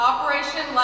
Operation